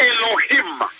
Elohim